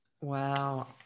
Wow